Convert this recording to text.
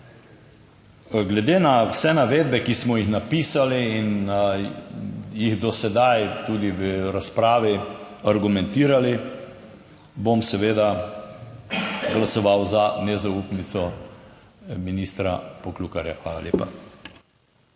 Glede na vse navedbe, ki smo jih napisali in jih do sedaj tudi v razpravi argumentirali, bom seveda glasoval za nezaupnico ministra Poklukarja. Hvala lepa.